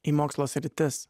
į mokslo sritis